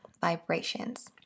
vibrations